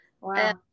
Wow